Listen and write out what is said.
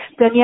Daniela